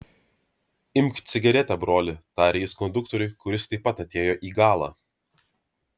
imk cigaretę broli tarė jis konduktoriui kuris taip pat atėjo į galą